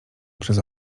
przez